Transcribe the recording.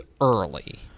early